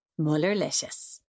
Mullerlicious